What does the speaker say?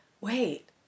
wait